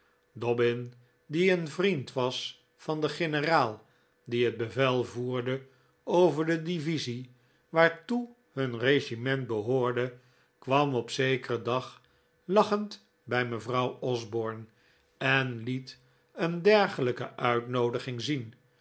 die een vriend was van den generaal die het bevel voerde over de divisie waartoe hun regiment behoorde kwam op zekeren dag lachend bij mevrouw osborne en liet een dergelijke uitnoodiging zien